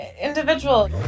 individual